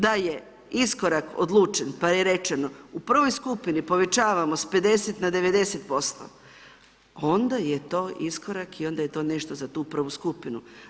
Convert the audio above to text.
Da je iskorak odlučen pa je rečeno u 1. skupini povećavamo sa 50 na 90%, onda je to iskorak i onda je to nešto za tu 1. skupinu.